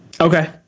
Okay